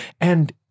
and-